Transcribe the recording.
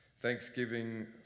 Thanksgiving